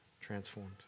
Transformed